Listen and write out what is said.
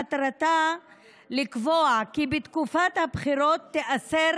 מטרתה לקבוע כי בתקופת הבחירות תיאסר